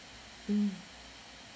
mm